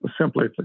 simply